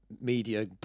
media